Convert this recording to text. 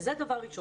אם כן,